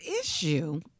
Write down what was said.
issue